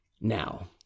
Now